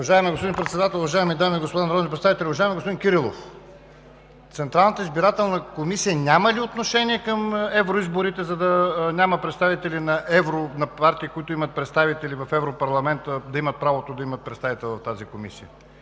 Уважаеми господин Председател, уважаеми дами и господа народни представители! Уважаеми господин Кирилов, Централната избирателна комисия няма ли отношение към евроизборите, за да няма представители на партии, които имат представители в Европарламента – да имат правото да имат представител в тази комисия?